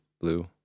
blue